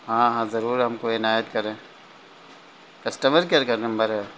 ہاں ہاں ضرور ہم کو عنایت کریں کسٹمر کیئر کا نمبر ہے